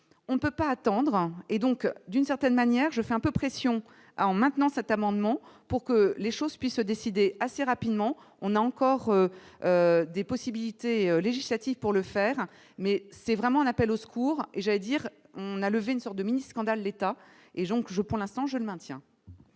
on ne peut pas attendre et donc d'une certaine manière, je fais un peu pression à en maintenant cet amendement pour que les choses puissent se décider assez rapidement, on a encore des possibilités législative pour le faire, mais c'est vraiment un appel au secours, j'allais dire, on a levé une sorte de mini-se condamne l'État et donc je pour l'instant, je le maintiens.